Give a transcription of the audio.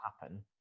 happen